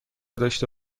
داشته